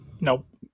Nope